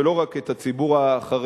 ולא רק את הציבור החרדי,